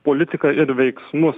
politiką ir veiksmus